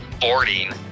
boarding